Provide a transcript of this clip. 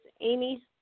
Amy